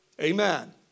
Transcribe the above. Amen